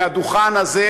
מהדוכן הזה,